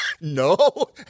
No